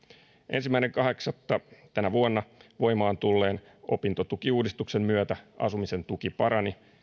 ensimmäinen kahdeksatta tänä vuonna voimaan tulleen opintotukiuudistuksen myötä asumisen tuki parani